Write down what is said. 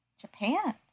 Japan